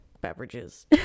beverages